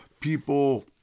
people